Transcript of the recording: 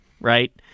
right